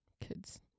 kids